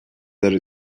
other